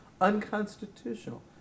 unconstitutional